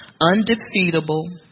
undefeatable